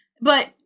But-